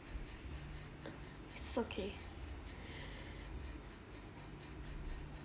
it's okay